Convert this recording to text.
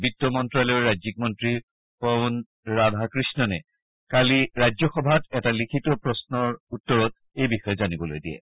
বিত্ত মন্ত্যালয়ৰ ৰাজ্যিক মন্ত্ৰী পন ৰাধাকফণে কালি ৰাজ্যসভাত এটা লিখিত উত্তৰত এই বিষয়ে জানিবলৈ দিয়ে